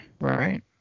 Right